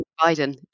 Biden